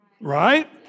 right